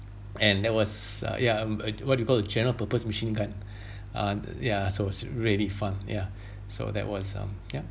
and that was uh yeah um uh what do you call a general purpose machine gun uh ya so it was really fun ya so that was um yeah